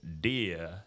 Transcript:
dear